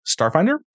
Starfinder